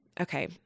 Okay